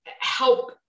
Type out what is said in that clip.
help